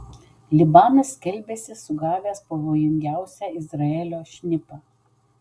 libanas skelbiasi sugavęs pavojingiausią izraelio šnipą